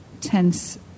tense